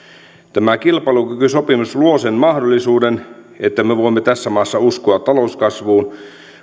tämä kilpailukykysopimus luo sen mahdollisuuden että me voimme tässä maassa uskoa talouskasvuun